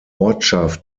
ortschaft